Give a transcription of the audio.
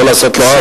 לא לעשות לו עוול.